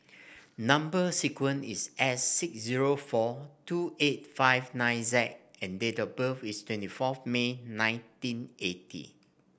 number sequence is S six zero four two eight five nine Z and date of birth is twenty fourth May nineteen eighty